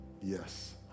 yes